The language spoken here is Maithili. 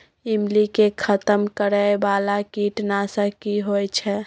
ईमली के खतम करैय बाला कीट नासक की होय छै?